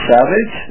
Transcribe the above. Savage